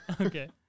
Okay